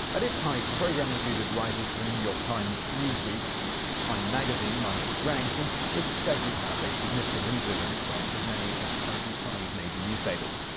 at its height, the program included writers for the new york times, newsweek, and time magazine among its ranks, and was said to have a significant influence on as many as twenty five major newspapers.